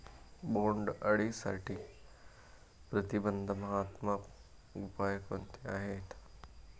बोंडअळीसाठी प्रतिबंधात्मक उपाय कोणते आहेत?